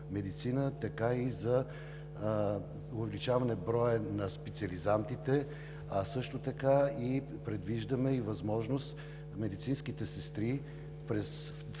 така увеличаваме и броя на специализантите, а също така предвиждаме и възможност медицинските сестри